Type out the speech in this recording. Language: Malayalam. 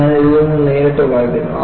ഞാൻ അതിൽ നിന്ന് നേരിട്ട് വായിക്കുന്നു